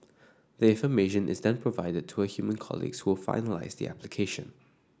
the information is then provided to her human colleagues who'll finalise the application